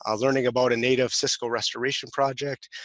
ah learning about a native cisco restoration project,